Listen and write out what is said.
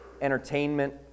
entertainment